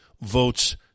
votes